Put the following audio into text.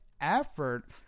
effort